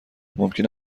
ممکن